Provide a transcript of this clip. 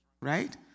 right